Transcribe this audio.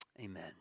amen